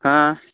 ᱦᱟᱸ